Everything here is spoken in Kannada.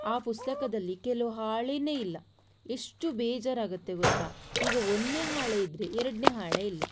ಆ ಪುಸ್ತಕದಲ್ಲಿ ಕೆಲವು ಹಾಳೆಯೇ ಇಲ್ಲ ಎಷ್ಟು ಬೇಜಾರಾಗುತ್ತೆ ಗೊತ್ತಾ ಈಗ ಒಂದನೇ ಹಾಳೆ ಇದ್ದರೆ ಎರಡನೇ ಹಾಳೆ ಇಲ್ಲ